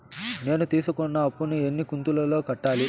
నేను తీసుకున్న అప్పు ను ఎన్ని కంతులలో కట్టాలి?